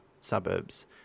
suburbs